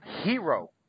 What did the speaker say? Hero